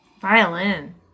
Violin